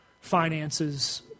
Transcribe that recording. finances